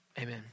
amen